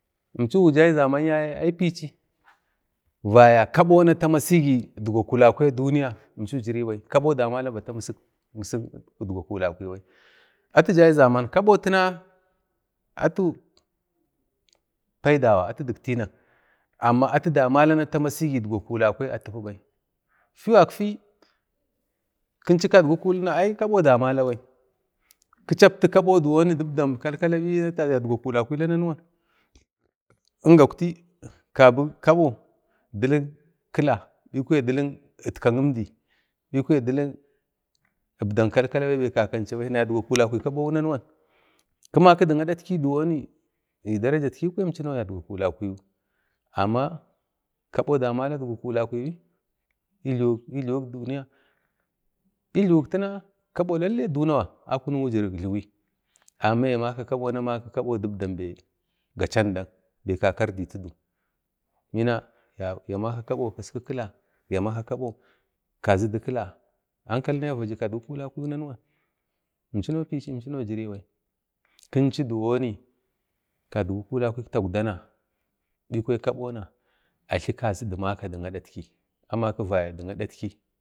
Imchau guja zaman yaye ai pichi vaya kabo na tamasigi idgwa kulakwai a duniya imchau jiribai kabo damala bata misigi idgwa kulakibai, atu dai zaman atu tina kabotaku atu paiduwa amma atu damala bata tamasigi idgwa kula kwi bai fiwu gakfagai kinchu kadgwi kulina ai kabo damala bai kichaptu kabo dibdam kal-kala biyi yadgwakuli kwila nanwan nda aukti kiba kabo du ibdam ki kila bikwa du ibdam kitka kimdi bikwa du ibdam bai kal-kala bai yadgwa kulakwai nanwan kima kudik adatki dik darajatki kwaya yadgwa kulimwu amma kabo damala idgwa kulakwai kabo lallai dunawa akunik wujir jliwi amma ya maka kabo ni amaki dibdam bai ga chandak be kaka irditu du bina yamaka kabo kaski kila yamaka kabo kazidikila ankalini a waju kagwi kulakkwai nanwan imchinotu inchino atiyau jiriwu yau kinchu diwoni kadgwi kulak-kwik taukadana bikwa kabo na a tli kazi dimaka dik adatki, amaki vaya dik adatki